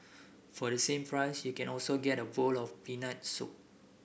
for the same price you can also get a bowl of peanuts soup